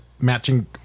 matching